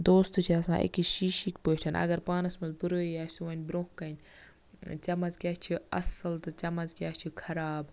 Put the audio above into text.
دوس تہِ چھِ آسان اکہِ شیشٕکۍ پٲٹھۍ اَگَر پانَس منٛز بُرٲیی آسہِ سُہ وَنہِ برونٛہہ کَنہِ ژےٚ منٛز کیاہ چھ اَصٕل تہٕ ژےٚ منٛز کیاہ چھ خَراب